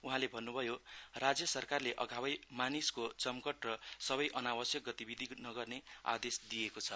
उहाँले भन्न्भयो राज्य सरकारले अघावै मानिसको जमघट र सबै अनावश्यक गतिविधि नगर्ने आदेश दिएको छ